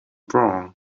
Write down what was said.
wrong